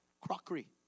crockery